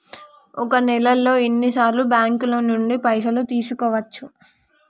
ఒక నెలలో ఎన్ని సార్లు బ్యాంకుల నుండి పైసలు తీసుకోవచ్చు?